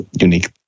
unique